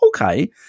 okay